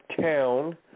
town